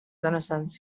innocence